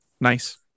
Nice